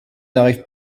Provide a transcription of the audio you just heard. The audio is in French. n’arrive